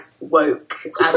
woke